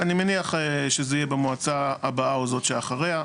אני מניח שזה יהיה במועצה הבאה או זאת שאחריה,